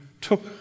took